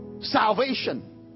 salvation